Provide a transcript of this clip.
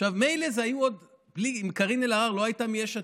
עכשיו, מילא אם קארין אלהרר לא הייתה מיש עתיד,